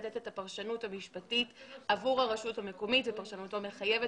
לתת את הפרשנות המשפטית עבור הרשות המקומית ופרשנותו מחייבת.